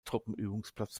truppenübungsplatz